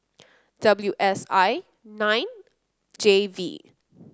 W S I nine J V